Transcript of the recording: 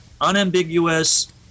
unambiguous